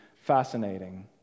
fascinating